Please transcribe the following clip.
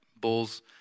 bulls